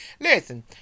Listen